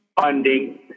funding